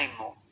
more